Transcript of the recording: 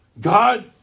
God